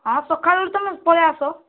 ହଁ ସକାଳୁ ତମେ ପଳାଇ ଆସ